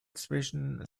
zwischen